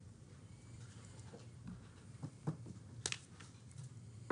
12:44.